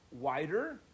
wider